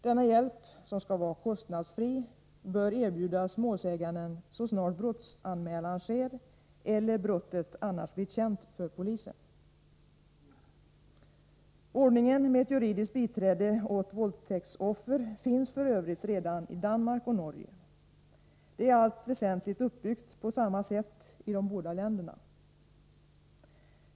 Denna hjälp, som skall vara kostnadsfri, bör erbjudas målsäganden så snart brottsanmälan sker eller brottet annars blir känt för polisen. Ordningen med ett juridiskt biträde åt våldtäktsoffer finns f.ö. redan i Danmark och Norge. Det är i allt väsentligt uppbyggt på samma sätt i de båda länderna.